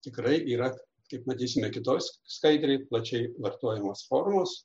tikrai yra kaip matysime kitos skaidrėj plačiai vartojamos formos